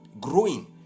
growing